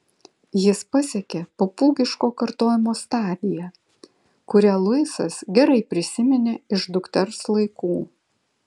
jis pasiekė papūgiško kartojimo stadiją kurią luisas gerai prisiminė iš dukters laikų